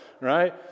right